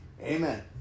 Amen